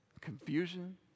confusion